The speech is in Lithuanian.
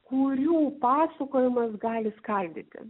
kurių pasakojimas gali skaldyti